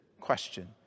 question